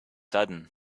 sudden